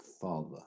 father